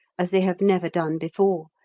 as they have never done before,